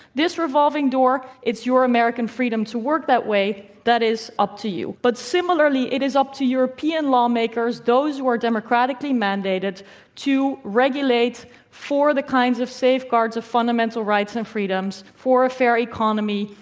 this revolving door is your american freedom to work that way that is up to you. but similarly, it is up to european lawmakers those who are democratically-mandated to regulate for the kinds of safeguards of fundamental rights and freedoms, for a fair economy,